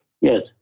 yes